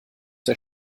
der